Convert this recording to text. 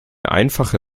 einfache